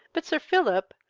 but sir philip,